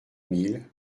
mille